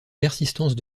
persistance